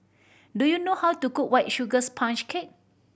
do you know how to cook White Sugar Sponge Cake